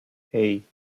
hei